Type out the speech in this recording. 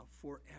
forever